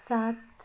सात